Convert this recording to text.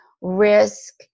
risk